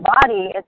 body